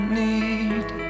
need